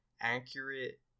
accurate